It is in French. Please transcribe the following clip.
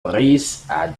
brice